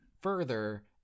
further